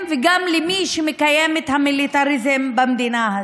וגם למי שמקיים את המיליטריזם במדינה הזו.